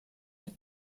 für